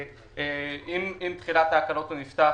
עם תחילת ההקלות הוא נפתח,